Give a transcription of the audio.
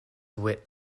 wit